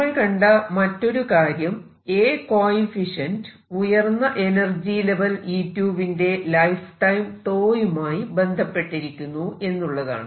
നമ്മൾ കണ്ട മറ്റൊരു കാര്യം A കോയെഫിഷ്യന്റ് ഉയർന്ന എനർജി ലെവൽ E2 വിന്റെ ലൈഫ് ടൈം 𝝉 യുമായി ബന്ധപ്പെട്ടിരിക്കുന്നു എന്നുള്ളതാണ്